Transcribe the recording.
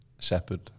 Shepherd